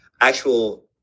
actual